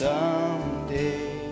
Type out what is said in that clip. Someday